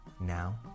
Now